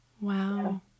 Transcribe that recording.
Wow